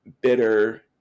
bitter –